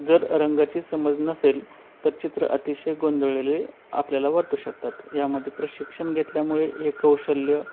जर रंगाची समज नसेल तर चित्र अतिशय गोंधळलेले आपल्याला वाटू शकतात यामध्ये प्रशिक्षण घेतल्यामुळे हे कौशल्य